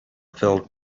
filled